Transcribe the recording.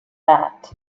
that